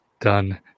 done